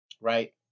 right